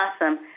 Awesome